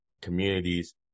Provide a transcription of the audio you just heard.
communities